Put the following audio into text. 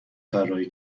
طراحی